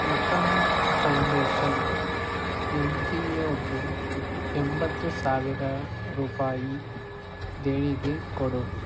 ಎಕಂ foundation N G ಒಗೆ ಎಂಬತ್ತು ಸಾವಿರ ರೂಪಾಯಿ ದೇಣಿಗೆ ಕೊಡು